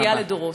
ובכייה לדורות.